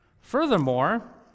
Furthermore